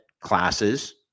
classes